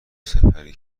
سپری